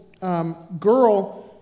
girl